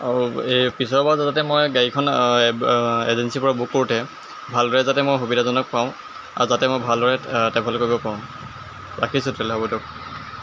অ' এই পিছৰ বাৰ যাতে মই গাড়ীখন এজেঞ্চিৰ পৰা বুক কৰোঁতে ভালদৰে যাতে মই সুবিধাজনক পাওঁ আৰু যাতে মই ভালদৰে ট্ৰেভেল কৰিব পাৰোঁ ৰাখিছোঁ তেনেহ'লে হ'ব দিয়ক